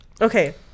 Okay